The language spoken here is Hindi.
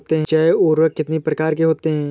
जैव उर्वरक कितनी प्रकार के होते हैं?